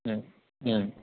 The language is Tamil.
ம் ம்